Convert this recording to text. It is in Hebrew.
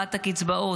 הקפאת הקצבאות,